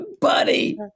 buddy